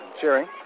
cheering